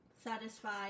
satisfied